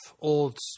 old